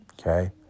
okay